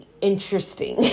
interesting